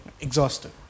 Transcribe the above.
exhausted